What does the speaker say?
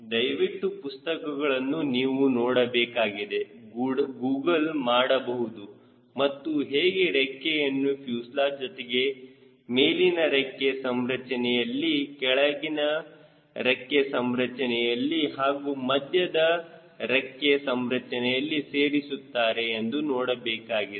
ದಯವಿಟ್ಟು ಪುಸ್ತಕಗಳನ್ನು ನೀವು ನೋಡಬೇಕಾಗಿದೆ ಗೂಗಲ್ ಮಾಡಬಹುದು ಮತ್ತು ಹೇಗೆ ರೆಕ್ಕೆಯನ್ನು ಫ್ಯೂಸೆಲಾಜ್ ಜೊತೆಗೆ ಮೇಲಿನ ರೆಕ್ಕೆ ಸಂರಚನೆಯಲ್ಲಿ ಕೆಳಗಿನ ರೆಕ್ಕೆ ಸಂರಚನೆಯಲ್ಲಿ ಹಾಗೂ ಮಧ್ಯದ ರಿಕ್ಕಿ ಸಂರಚನೆಯಲ್ಲಿ ಸೇರಿಸಿರುತ್ತಾರೆ ಎಂದು ನೋಡಬೇಕಾಗಿದೆ